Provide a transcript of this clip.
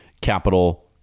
Capital